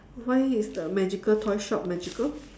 why is the magical toy shop magical